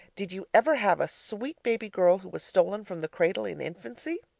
did you ever have a sweet baby girl who was stolen from the cradle in infancy?